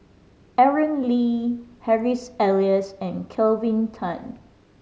Aaron Lee Harry's Elias and Kelvin Tan